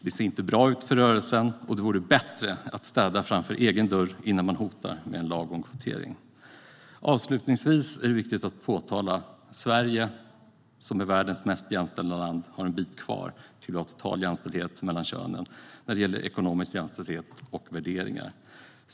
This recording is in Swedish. Det ser inte bra ut för rörelsen. Det vore bättre att städa framför egen dörr innan man hotar med en lag om kvotering. Avslutningsvis är det viktigt att påtala att Sverige, som är världens mest jämställda land, har en bit kvar tills vi har total jämställdhet mellan könen när det gäller ekonomisk jämställdhet och värderingar.